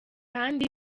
kandi